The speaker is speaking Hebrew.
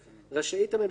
רשאית הממשלה,